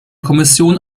kommission